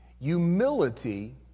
Humility